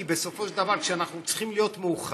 כי בסופו של דבר כשאנחנו צריכים להיות מאוחדים,